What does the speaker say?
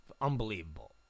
unbelievable